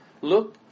look